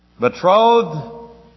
Betrothed